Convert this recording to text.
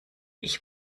ich